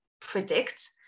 predict